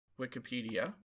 Wikipedia